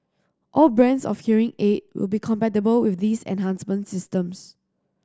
all brands of hearing aid will be compatible with these enhancement systems